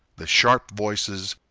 the sharp voices,